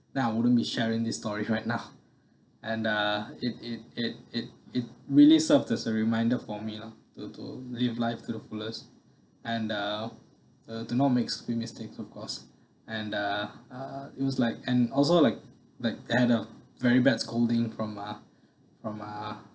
then I wouldn't be sharing the stories right now and uh it it it it it really served as a reminder for me lah to to live life to the fullest and uh uh do not make big mistakes of course and uh uh it was like and also like has a very bad scolding from uh from uh